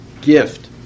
gift